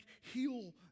heal